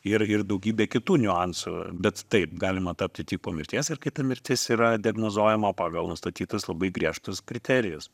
ir ir daugybė kitų niuansų bet taip galima tapti tik po mirties ir kai ta mirtis yra diagnozuojama pagal nustatytus labai griežtus kriterijus